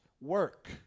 work